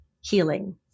healing